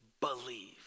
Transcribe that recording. believe